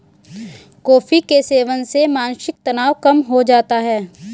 coffee के सेवन से मानसिक तनाव कम हो जाता है